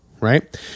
right